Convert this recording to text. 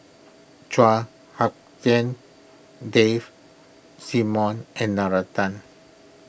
Chua Hak Lien Dave Simmons and Nalla Tan